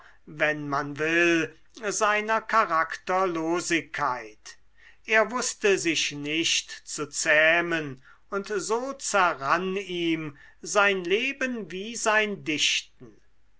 wenn man will seiner charakterlosigkeit er wußte sich nicht zu zähmen und so zerrann ihm sein leben wie sein dichten